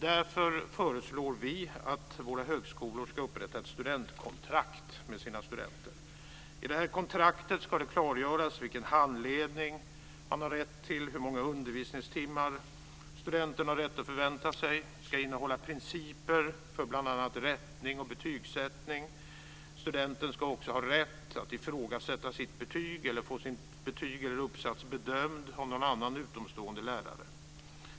Därför föreslår vi att våra högskolor ska upprätta ett studentkontrakt med sina studenter. I detta kontrakt ska det klargöras vilken handledning man har rätt till och hur många undervisningstimmar studenten har rätt att förvänta sig. Det ska innehålla principer för bl.a. rättning och betygssättning. Studenten ska också ha rätt att ifrågasätta sitt betyg eller att få sin uppsats bedömd av någon annan utomstående lärare.